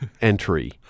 entry